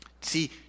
See